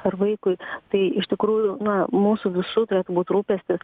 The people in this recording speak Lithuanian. ar vaikui tai iš tikrųjų na mūsų visų turėtų būt rūpestis